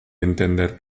entender